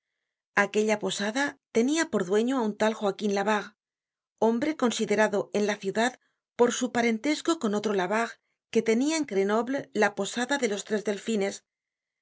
aquella posada tenia por dueño á un tal joaquin labarre hombre considerado en la ciudad por su parentesco con otro labarre que tenia en grenoble la posada de los tres delfines